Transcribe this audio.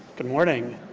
good morning.